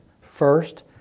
First